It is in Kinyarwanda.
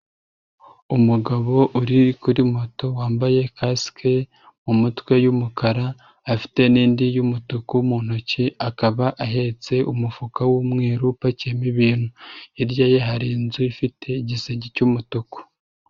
Umugabo uri kuri moto wambaye kasike mu mutwe y'umukara, afite n'indi y'umutuku mu ntoki, akaba ahetse umufuka w'umweru upakiyemo ibintu, hirya ye hari inzu ifite igisenge cy'umutuku.